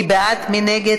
מי בעד, מי נגד,